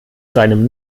seinem